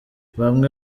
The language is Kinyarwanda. bamwe